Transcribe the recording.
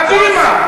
"הבימה", "הבימה".